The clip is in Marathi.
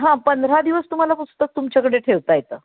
हां पंधरा दिवस तुम्हाला पुस्तक तुमच्याकडे ठेवता येतं